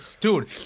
Dude